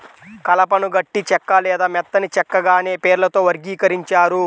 కలపను గట్టి చెక్క లేదా మెత్తని చెక్కగా అనే పేర్లతో వర్గీకరించారు